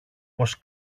πως